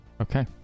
Okay